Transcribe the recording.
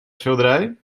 schilderij